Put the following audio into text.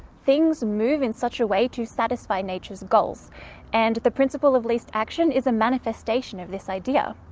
things move in such a way to satisfy nature's goals and the principle of least action is a manifestation of this idea.